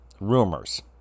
Rumors